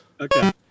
Okay